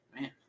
man